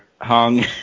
Hung